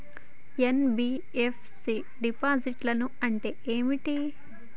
NBFC డిపాజిట్లను అంటే ఏంటి?